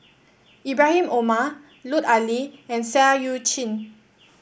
Ibrahim Omar Lut Ali and Seah Eu Chin